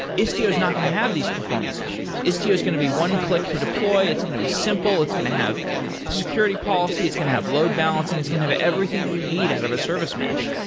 istio is not going to have these performance issues. istio is going to be one-click to deploy, it's going to be simple, it's going to have the security policy, it's going to have load balancing, it's going to have everything you need out of a service mesh.